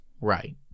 Right